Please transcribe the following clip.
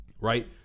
right